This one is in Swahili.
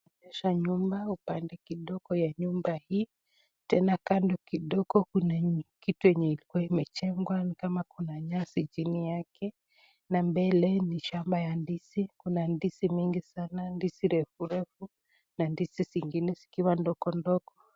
Inaonesha nyumba upande kidogo ya nyumba hii tena kando kidogo kuna kitu kama ilikua imejengwa tena chini kuna nyasi chini yake na mbele ni shamba la ndizi mingi sana, ndizi refu refu na ndizi zingine zikiwa ndogo ndogo.